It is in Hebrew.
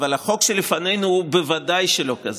אבל החוק שלפנינו הוא בוודאי לא כזה.